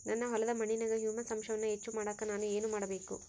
ನನ್ನ ಹೊಲದ ಮಣ್ಣಿನಾಗ ಹ್ಯೂಮಸ್ ಅಂಶವನ್ನ ಹೆಚ್ಚು ಮಾಡಾಕ ನಾನು ಏನು ಮಾಡಬೇಕು?